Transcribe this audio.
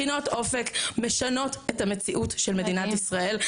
מכינות אופק משנות את המציאות של מדינת ישראל.